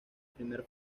primer